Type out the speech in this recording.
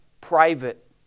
private